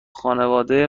خانواده